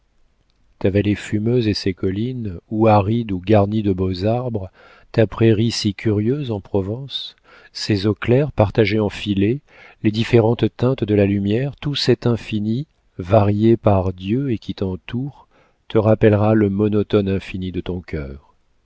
ta vallée fumeuse et ses collines ou arides ou garnies de beaux arbres ta prairie si curieuse en provence ses eaux claires partagées en filets les différentes teintes de la lumière tout cet infini varié par dieu et qui t'entoure te rappellera le monotone infini de ton cœur